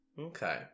Okay